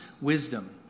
wisdom